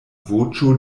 voĉo